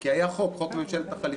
כי היה חוק, חוק ממשלת החליפין,